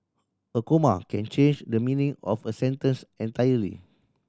a comma can change the meaning of a sentence entirely